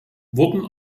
wurden